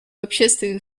общественной